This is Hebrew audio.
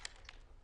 כן.